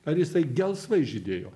ar jisai gelsvai žydėjo